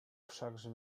wszakże